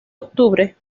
octubre